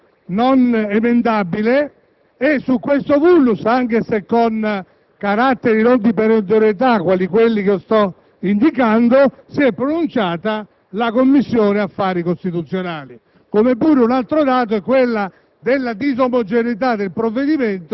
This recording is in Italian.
È chiaro che questo rappresenta un *vulnus* non emendabile e su questo *vulnus*, anche se con caratteri non di perentorietà quali quelli che sto indicando, si è pronunciata la Commissione affari costituzionali.